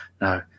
no